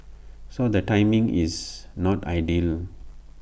so the timing is not ideal